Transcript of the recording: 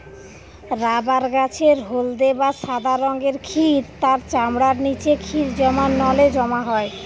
rubber গাছের হলদে বা সাদা রঙের ক্ষীর তার চামড়ার নিচে ক্ষীর জমার নলে জমা হয়